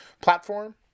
platform